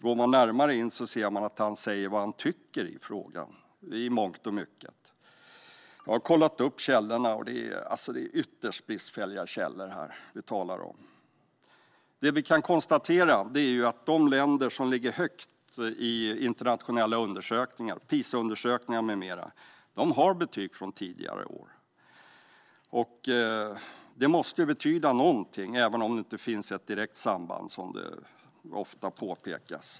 Går man närmare in i texten ser man att han säger vad han tycker i frågan i mångt och mycket. Jag har kollat upp källorna, och det är ytterst bristfälliga källor som det handlar om. Det vi kan konstatera är att de länder som ligger högt i internationella undersökningar, PISA-undersökningar med mera, har betyg från tidigare år. Det måste betyda någonting, även om det inte finns ett direkt samband, vilket ofta påpekas.